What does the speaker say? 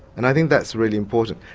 and i think that's really important.